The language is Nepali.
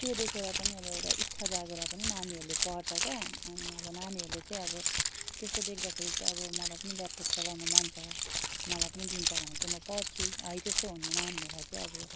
त्यो देखेर पनि अब एउटा इच्छा जागेर पनि नानीहरूले पढ्छ क्या अनि अब नानीहरूले चाहिँ अब त्यस्तो देख्दाखेरि चाहिँ अब मलाई पनि ल्यापटप चलाउन मन छ मलाई पनि दिन्छ भनेर चाहिँ म पढछु है त्यस्तो हुने नानीहरलाई चाहिँ अब